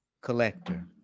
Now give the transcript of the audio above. Collector